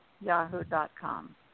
yahoo.com